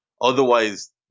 Otherwise